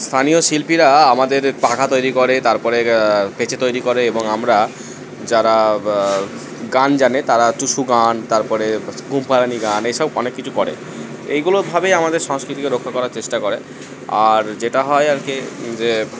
স্থানীয় শিল্পীরা আমাদের পাখা তৈরি করে তার পরে তৈরি করে এবং আমরা যারা গান জানে তারা টুসু গান তারপরে ঘুমপাড়ানি গান এই সব অনেক কিছু করে এইগুলোভাবেই আমাদের সংস্কৃতিকে রক্ষা করার চেষ্টা করে আর যেটা হয় আর কি যে